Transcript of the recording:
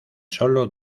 solo